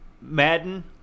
Madden